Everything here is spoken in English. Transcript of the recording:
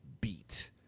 beat